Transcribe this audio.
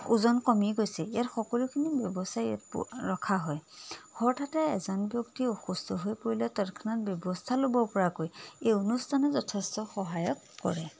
ওজন কমি গৈছে ইয়াত সকলোখিনি ব্যৱস্থাই ইয়াত ৰখা হয় হঠাতে এজন ব্যক্তি অসুস্থ হৈ পৰিলে তৎক্ষণাত ব্যৱস্থা ল'ব পৰাকৈ এই অনুষ্ঠানে যথেষ্ট সহায়ক কৰে